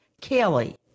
Kelly